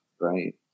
Right